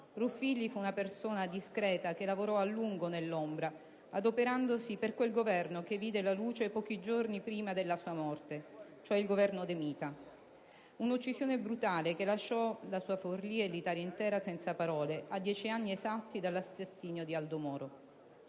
Ruffilli fu una persona discreta, che lavorò a lungo nell'ombra, adoperandosi per quel Governo che vide la luce pochi giorni prima della sua morte, cioè il Governo De Mita. Fu un'uccisione brutale, che lasciò la sua Forlì e l'Italia intera senza parole, a dieci anni esatti dall'assassinio di Aldo Moro.